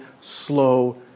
slow